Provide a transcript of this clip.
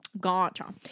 Gotcha